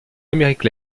amérique